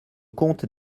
comte